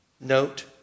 Note